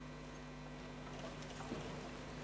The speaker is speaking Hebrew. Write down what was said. (חברי הכנסת